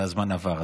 והזמן עבר,